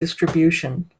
distribution